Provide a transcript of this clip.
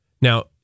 Now